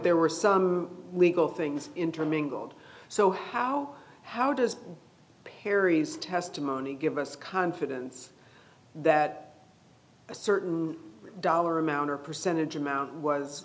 there were some legal things intermingled so how how does perry's testimony give us confidence that a certain dollar amount or percentage amount was